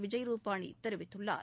விஜய் ருபானி தெரிவித்துள்ளார்